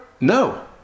No